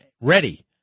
ready